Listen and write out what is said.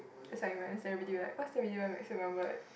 is like when you say video like what is the video make sure remembered